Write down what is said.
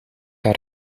haar